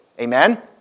Amen